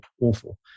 awful